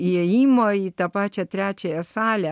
įėjimo į tą pačią trečiąją salę